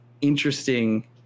interesting